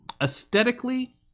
Aesthetically